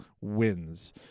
wins